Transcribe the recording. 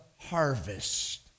harvest